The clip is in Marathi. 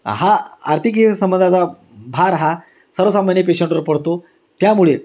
हा आर्थिकीय संबंधाचा भार हा सर्वसामान्य पेशंटवर पडतो त्यामुळे